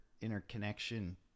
interconnection